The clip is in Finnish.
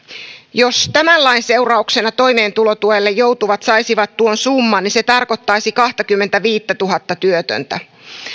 jos tämän lain seurauksena toimeentulotuelle joutuvat saisivat tuon summan niin se tarkoittaisi kahtakymmentäviittätuhatta työtöntä